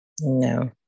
No